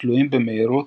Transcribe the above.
תלויים במהירות,